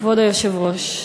כבוד היושב-ראש,